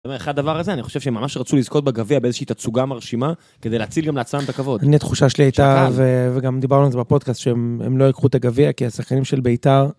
אני אומר, אחד הדבר הזה, אני חושב שהם ממש רצו לזכות בגביה באיזושהי תצוגה מרשימה כדי להציל גם לעצם את הכבוד. אני, התחושה שלי הייתה, וגם דיברנו על זה בפודקאסט שהם לא יקחו את הגביע כי השחקנים של ביתר...